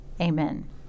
Amen